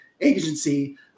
agency